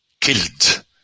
killed